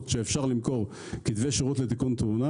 שאפשר למכור כתבי שירות לתיקון תאונה